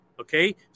Okay